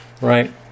right